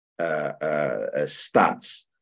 stats